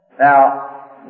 Now